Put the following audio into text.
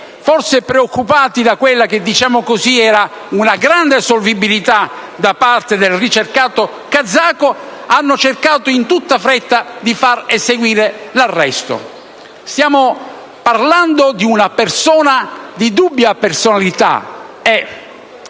forse preoccupati per quella che, diciamo così, era una grande solvibilità del ricercato kazako, hanno cercato in tutta fretta di far eseguire l'arresto. Stiamo parlando di una persona di dubbia personalità.